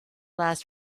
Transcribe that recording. last